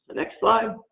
and next slide.